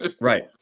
Right